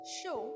show